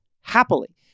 happily